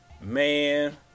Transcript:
Man